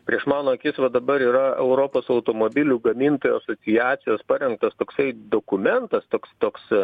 prieš mano akis va dabar yra europos automobilių gamintojų asociacijos parengtas toksai dokumentas toks toks